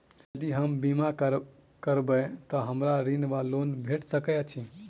यदि हम बीमा करबै तऽ हमरा ऋण वा लोन भेट सकैत अछि?